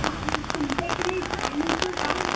हां तुमच्या इकडे चहा मिळतो का